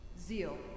zeal